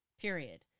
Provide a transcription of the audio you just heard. Period